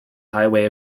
highway